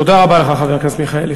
תודה רבה לך, חבר הכנסת מיכאלי.